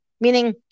Meaning